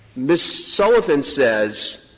ms. sullivan says,